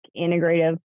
integrative